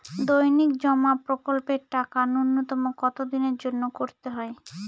দৈনিক জমা প্রকল্পের টাকা নূন্যতম কত দিনের জন্য করতে হয়?